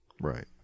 Right